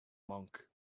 monk